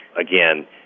again